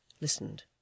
listened